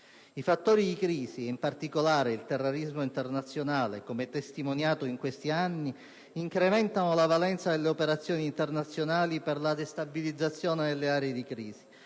I fattori di crisi ed, in particolare, il terrorismo internazionale, come testimoniato in questi anni, incrementano la valenza delle operazioni internazionali per la stabilizzazione delle aree di crisi,